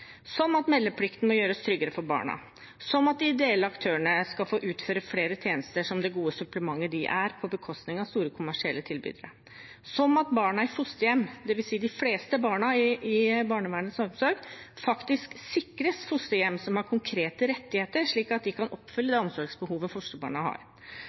som at meldeplikten må gjøres tryggere for barna, som at de ideelle aktørene, som det gode supplementet de er, skal få utføre flere tjenester på bekostning av store kommersielle tilbydere, som at barna i fosterhjem, dvs. de fleste barna i barnevernets omsorg, faktisk sikres fosterhjem som har konkrete rettigheter, slik at de kan oppfylle det omsorgsbehovet fosterbarna har,